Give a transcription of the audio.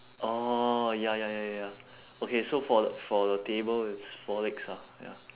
orh ya ya ya ya ya okay so for the for the table it's four legs lah ya